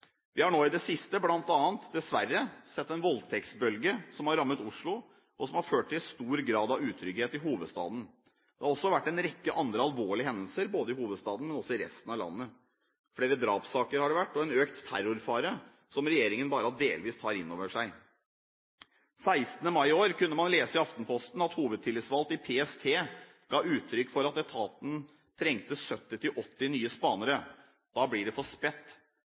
Vi har bl.a. nå i det siste – dessverre – sett en voldtektsbølge som har rammet Oslo, og som har ført til stor grad av utrygghet i hovedstaden. Det har også vært en rekke andre alvorlige hendelser i hovedstaden, men også i resten av landet. Flere drapssaker har det vært og en økt terrorfare, som regjeringen bare delvis tar inn over seg. 16. mai i år kunne man lese i Aftenposten at hovedtillitsvalgt i PST ga uttrykk for at etaten trengte 70–80 nye spanere. Da blir det for